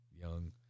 young